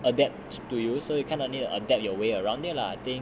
adapt to you so you kind of need to adapt your way around it lah I think